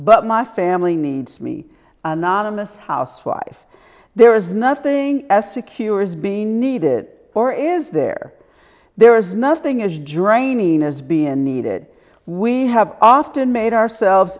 but my family needs me anonymous housewife there is nothing as secure as being needed or is there there is nothing is draining as being needed we have often made ourselves